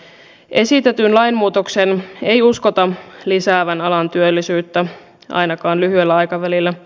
esitetyn lainmuutoksen ei uskota lisäävän alan työllisyyttä ainakaan lyhyellä aikavälillä